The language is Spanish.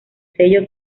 sello